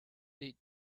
did